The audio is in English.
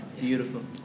Beautiful